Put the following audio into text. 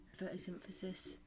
photosynthesis